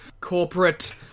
corporate